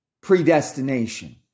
predestination